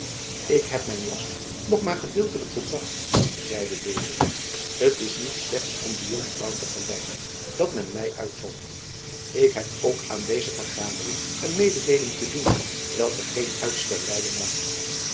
ik heb mijn last nog maar gedeeltelijk volbracht zeide deze t is niet slechts om de jonkvrouw te geleiden dat men mij uitzond ik heb ook aan deze vergadering een mededeeling te doen welke geen uitstel lijden mag